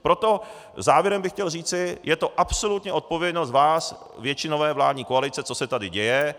Proto závěrem bych chtěl říci, je to absolutně odpovědnost ás, většinové vládní koalice, co se tady děje.